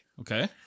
Okay